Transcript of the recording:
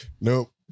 Nope